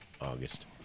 August